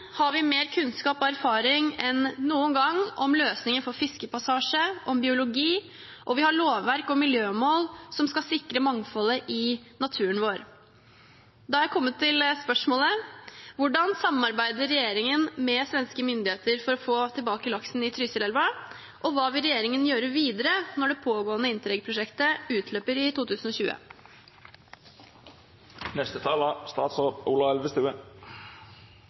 har vi mer kunnskap og erfaring enn noen gang om løsninger for fiskepassasje og biologi, og vi har lovverk og miljømål som skal sikre mangfoldet i naturen vår. Da er jeg kommet til spørsmålet: Hvordan samarbeider regjeringen med svenske myndigheter for å få tilbake laksen i Trysilelva, og hva vil regjeringen gjøre videre når det pågående Interreg-prosjektet utløper i